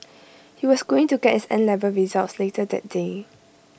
he was going to get his N level results later that day